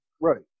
Right